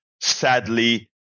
sadly